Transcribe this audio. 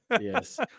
yes